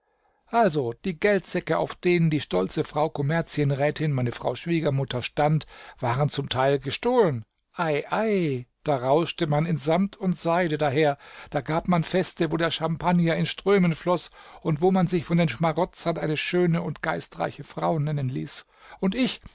also die geldsäcke auf denen die stolze frau kommerzienrätin meine frau schwiegermutter stand waren zum teil gestohlen ei ei da rauschte man in samt und seide daher da gab man feste wo der champagner in strömen floß und wo man sich von den schmarotzern eine schöne und geistreiche frau nennen ließ und ich